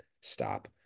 stop